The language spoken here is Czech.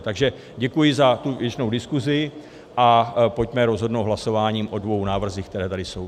Takže děkuji za tu diskuzi a pojďme rozhodnout hlasováním o dvou návrzích, které tady jsou.